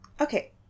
Okay